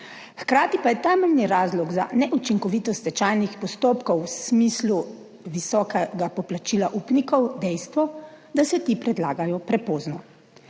Hkrati pa je temeljni razlog za neučinkovitost stečajnih postopkov v smislu visokega poplačila upnikov dejstvo, da se ti predlagajo prepozno.